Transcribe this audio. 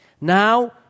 Now